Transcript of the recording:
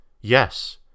Yes